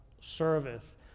service